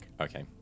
Okay